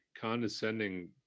condescending